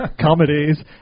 comedies